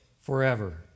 forever